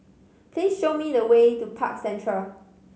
please show me the way to Park Central